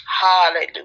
Hallelujah